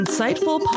Insightful